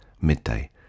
midday